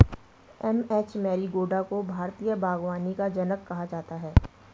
M H Marigowda को भारतीय बागवानी का जनक कहा जाता है